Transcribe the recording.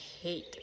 hate